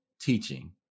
teaching